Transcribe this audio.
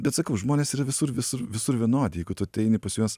bet sakau žmonės yra visur visur visur vienodi jeigu tu ateini pas juos